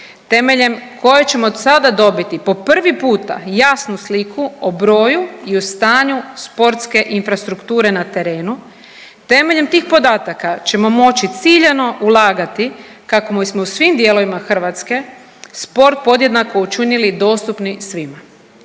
temeljem koje ćemo sada dobiti po prvi puta jasnu sliku o broju i o stanju sportske infrastrukture na terenu. Temeljem tih podataka ćemo moći ciljano ulagati kako bismo u svim dijelovima Hrvatske sport podjednako učinili dostupni svima